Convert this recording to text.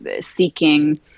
seeking